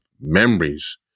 memories